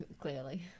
Clearly